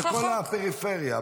לכל הפריפריה.